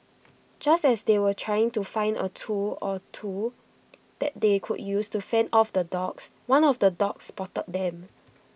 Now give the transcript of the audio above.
just as they were trying to find A tool or two that they could use to fend off the dogs one of the dogs spotted them